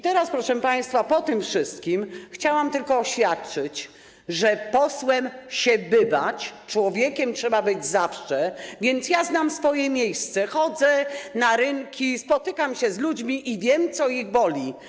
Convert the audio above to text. Teraz, proszę państwa, po tym wszystkim chciałam tylko oświadczyć, że posłem się bywa, człowiekiem trzeba być zawsze, więc ja znam swoje miejsce, chodzę na rynki, spotykam się z ludźmi i wiem, co ich boli.